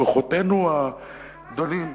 כוחותינו הגדולים.